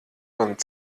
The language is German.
und